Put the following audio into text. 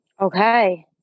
Okay